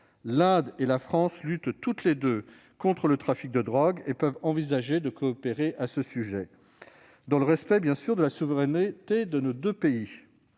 L'Inde et la France luttent toutes deux contre le trafic de drogue et peuvent envisager de coopérer dans ce domaine, dans le respect de la souveraineté de nos deux pays.